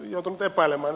arvoisa puhemies